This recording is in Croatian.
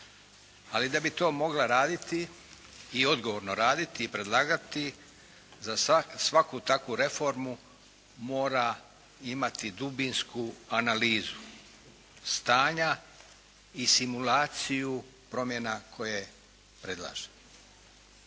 Ali da bi to mogla raditi i odgovorno raditi i predlagati za svaku takvu reformu mora imati dubinsku analizu stanja i simulaciju promjena koje predlaže.